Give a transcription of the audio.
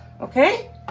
okay